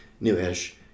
new-ish